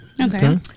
Okay